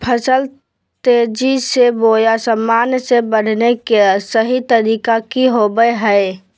फसल तेजी बोया सामान्य से बढने के सहि तरीका कि होवय हैय?